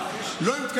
את יודעת